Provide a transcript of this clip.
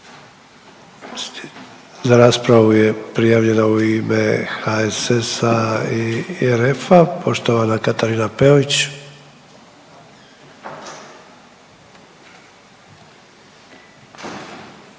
Za raspravu je prijavljena u ime HSS-a i RF-a poštovana Katarina Peović.